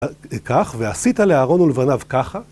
‫כך, ועשית לאהרון ולבניו ככה.